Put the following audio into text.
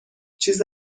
چیز